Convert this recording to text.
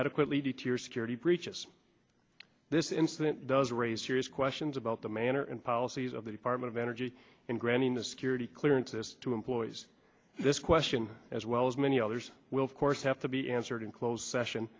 adequately do to your security breaches this incident does raise serious questions about the manner and policies of the department of energy and granting the security clearances to employees this question as well as many others will of course have to be answered in closed session